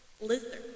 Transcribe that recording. Lizard